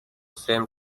same